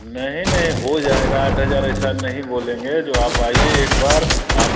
नहीं नहीं हो जाएगा आठ हज़ार ऐसा नहीं बोलेंगे जो आप आइए एक बार आप